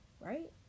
right